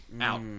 out